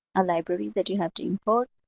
a library that you have to import.